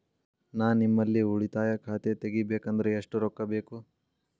ನಾ ನಿಮ್ಮಲ್ಲಿ ಉಳಿತಾಯ ಖಾತೆ ತೆಗಿಬೇಕಂದ್ರ ಎಷ್ಟು ರೊಕ್ಕ ಬೇಕು?